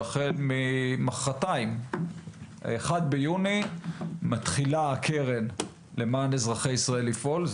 שהחל ממוחרתיים ה- 1 ביוני מתחילה הקרן למען אזרחי ישראל לפעול,